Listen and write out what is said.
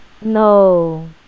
No